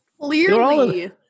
Clearly